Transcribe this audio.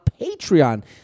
Patreon